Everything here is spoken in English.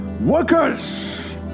Workers